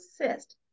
assist